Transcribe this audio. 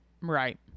Right